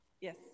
Yes